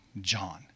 John